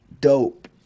dope